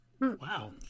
Wow